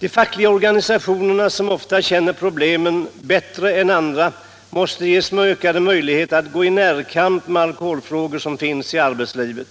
De fackliga organisationerna, som ofta känner problemen bättre än andra, måste ges ökade möjligheter att gå i närkamp med de alkoholfrågor som finns i arbetslivet.